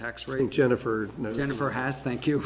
tax rate jennifer no jennifer has thank you